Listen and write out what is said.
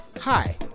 Hi